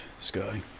Sky